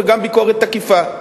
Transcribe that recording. וגם ביקורת תקיפה.